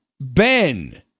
Ben